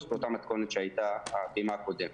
באותה מתכונת שהייתה הפעימה הקודמת.